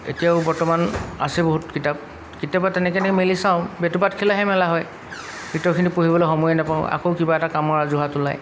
এতিয়াও বৰ্তমান আছে বহুত কিতাপ কেতিয়াবা তেনেকৈ এনে মেলি চাওঁ বেটুপাত খিলাহে মেলা হয় ভিতৰৰখিনি পঢ়িবলৈ সময়ে নাপাওঁ আকৌ কিবা এটা কামৰ আজোহাত ওলায়